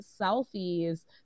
selfies